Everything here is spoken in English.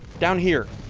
down here